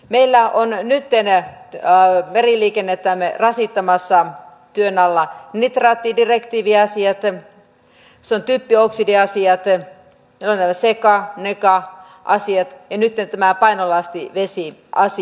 meillä ovat meriliikennettämme rasittamassa työn alla nitraattidirektiiviasiat typpioksidiasiat seca ja neca asiat ja nytten tämä painolastivesiasia